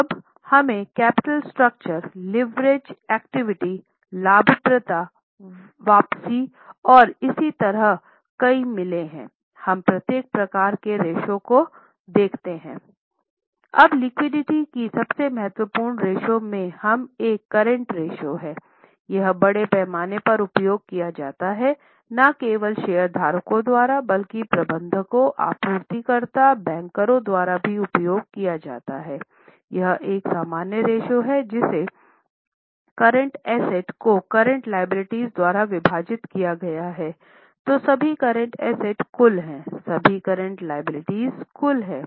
अब आप लिक्विडिटी लाभप्रदता वापसी और इसी तरह कई मिले है हम प्रत्येक प्रकार के रेश्यो को देखते हैं